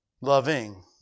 Loving